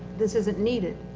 this isn't needed.